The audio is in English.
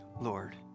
Lord